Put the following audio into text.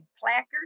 placards